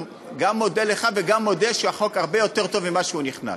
גם מודה לך וגם מודה שהחוק הרבה יותר טוב ממה שהוא נכנס.